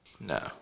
No